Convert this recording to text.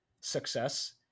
success